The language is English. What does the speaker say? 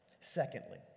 Secondly